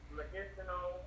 medicinal